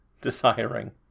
desiring